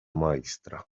majstra